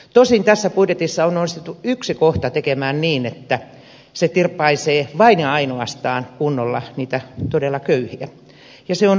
tosin tässä budjetissa on nostettu yksi kohta tekemään niin että se tirpaisee vain ja ainoastaan kunnolla niitä todella köyhiä ja se on tupakkavero